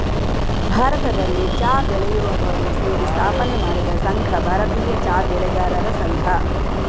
ಭಾರತದಲ್ಲಿ ಚಾ ಬೆಳೆಯುವವರು ಸೇರಿ ಸ್ಥಾಪನೆ ಮಾಡಿದ ಸಂಘ ಭಾರತೀಯ ಚಾ ಬೆಳೆಗಾರರ ಸಂಘ